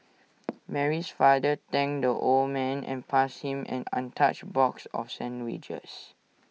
Mary's father thanked the old man and passed him an untouched box of sandwiches